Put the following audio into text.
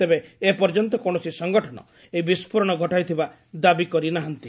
ତେବେ ଏପର୍ଯ୍ୟନ୍ତ କୌଣସି ସଙ୍ଗଠନ ଏହି ବିସ୍କୋରଣ ଘଟାଇଥିବା ଦାବି କରି ନାହାନ୍ତି